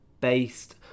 based